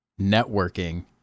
networking